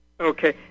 Okay